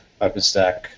OpenStack